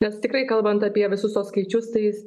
nes tikrai kalbant apie visus tuos skaičius tais